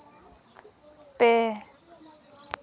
ᱯᱮ